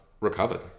recovered